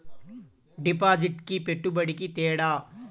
డిపాజిట్కి పెట్టుబడికి తేడా?